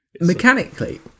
Mechanically